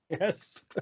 Yes